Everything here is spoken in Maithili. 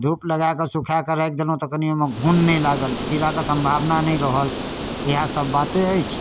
धूप लगाकऽ सुखाके राखि देलहुँ तऽ कनि ओहिमे घुन नहि लागल कीड़ाके सम्भावना नहि रहल इएहसब बाते अछि